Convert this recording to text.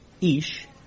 Ish